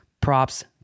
props